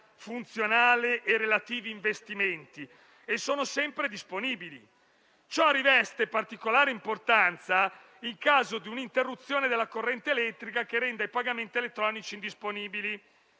funzionale e relativi investimenti e sono sempre disponibili. Ciò riveste particolare importanza in caso di un'interruzione della corrente elettrica, che rende i pagamenti elettronici indisponibili.